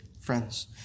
friends